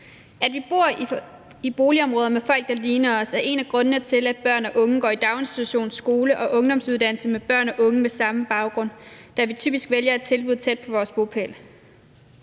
At vi bor i boligområder med folk, der ligner os, er en af grundene til, at børn og unge går i daginstitution, skole og ungdomsuddannelse med børn og unge med samme baggrund, da vi typisk vælger et tilbud tæt på vores bopæl.